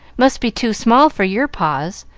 must be too small for your paws,